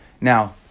Now